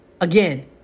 Again